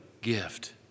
gift